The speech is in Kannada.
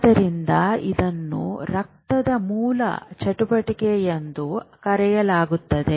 ಆದ್ದರಿಂದ ಇದನ್ನು ರಕ್ತದ ಮೂಲ ಚಟುವಟಿಕೆ ಎಂದು ಕರೆಯಲಾಗುತ್ತದೆ